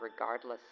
regardless